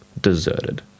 deserted